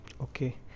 Okay